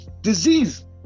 disease